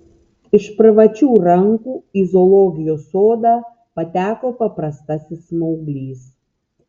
iš privačių rankų į zoologijos sodą pateko paprastasis smauglys